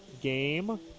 game